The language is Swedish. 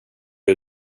såg